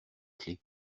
clefs